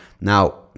Now